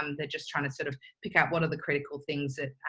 um they're just trying to sort of pick out what are the critical things that,